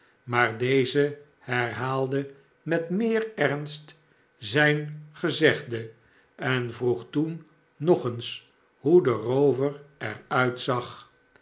maar deze herhaalde met meer ernst zijn gezegde en vroeg toen nog eens hoe de roover er uitzag